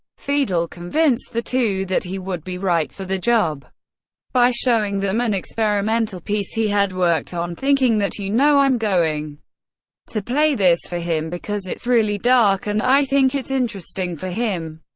fiedel convinced the two that he would be right for the job by showing them an experimental piece he had worked on, thinking that you know, i'm going to play this for him, because it's really dark and i think it's interesting for him.